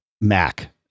Mac